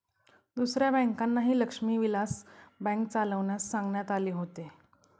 दुसऱ्या बँकांनाही लक्ष्मी विलास बँक चालविण्यास सांगण्यात आले होते